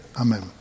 Amen